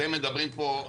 אתם מדברים פה,